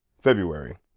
february